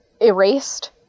erased